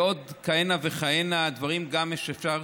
ועוד כהנה וכהנה דברים מהניסיון,